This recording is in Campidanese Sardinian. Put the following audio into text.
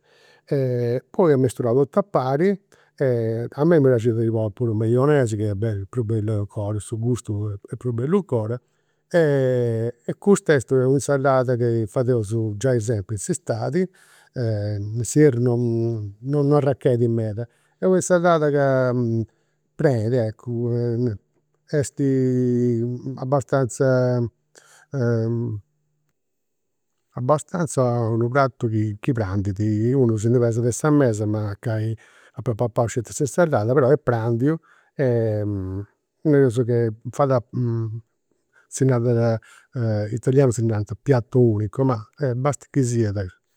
Poi amesturau totu a pari. A mei mi praxit a ddi poniri puru maionese, chi est bella, prus bellu 'ncora, su gustu est prus bellu 'ncora e e custa est u' insalada chi fadeus giai sempri in s'istadi, in s'ierru non non arrechedidi meda. Est u' insalada ca prenit, eccu, est abastanza abastanza unu pratu chi chi prandidi, unu si ndi pesat de sa mesa mancai apa papau sceti s'insalada però est prandiu e nareus che fa si narat, in italianu si narant piatto unico, ma basta chi siat